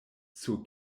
sur